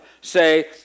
say